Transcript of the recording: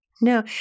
No